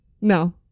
no